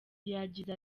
yagize